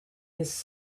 his